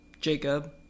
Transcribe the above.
Jacob